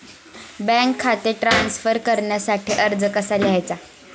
Bank खाते transfer करण्यासाठी अर्ज कसा लिहायचा?